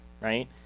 right